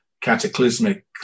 cataclysmic